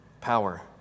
power